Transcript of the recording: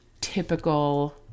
typical